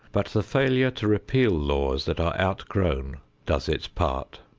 but the failure to repeal laws that are outgrown does its part.